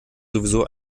sowieso